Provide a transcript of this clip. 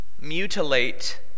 mutilate